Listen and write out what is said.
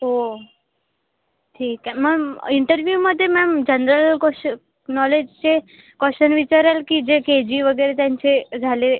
ओ ठीक आहे मग इंटरव्यूमध्ये मॅम जनरल क्वेश्च नॉलेजचे क्वेश्चन विचाराल की जे के जी वगैरे त्यांचे झाले